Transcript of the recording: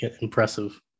impressive